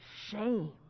shame